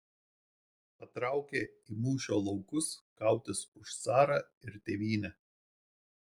patraukė į mūšio laukus kautis už carą ir tėvynę